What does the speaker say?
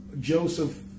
Joseph